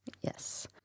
Yes